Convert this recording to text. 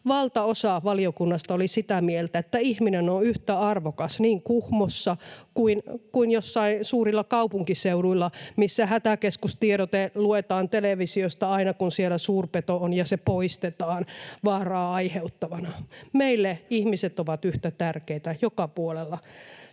Valtaosa valiokunnasta oli sitä mieltä, että ihminen on yhtä arvokas niin Kuhmossa kuin jossain suurilla kaupunkiseuduilla, missä hätäkeskustiedote luetaan televisiosta aina, kun siellä suurpeto on ja se poistetaan vaaraa aiheuttavana. Meille ihmiset ovat yhtä tärkeitä joka puolella